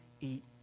eat